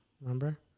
Remember